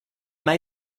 may